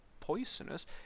poisonous